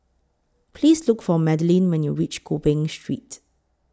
Please Look For Madelynn when YOU REACH Gopeng Street